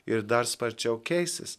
ir dar sparčiau keisis